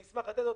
ואשמח לתת אותו,